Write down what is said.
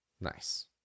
Nice